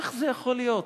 איך זה יכול להיות?